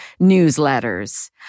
Newsletters